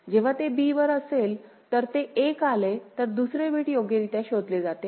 जेव्हा ते b वर असेल तर ते 1 आले तर दुसरे बिट योग्यरित्या शोधले जाते